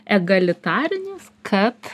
egalitarinis kad